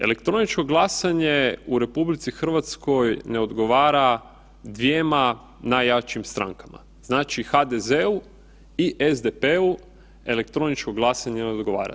Elektroničko glasanje u RH ne odgovara dvjema najjačim strankama, HDZ-u i SDP-u elektroničko glasanje ne odgovara.